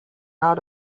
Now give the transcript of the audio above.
out